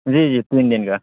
جی جی تین دن کا